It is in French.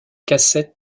cassette